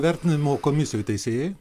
vertinimo komisijoj teisėjai